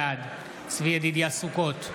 בעד צבי ידידיה סוכות,